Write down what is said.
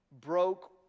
broke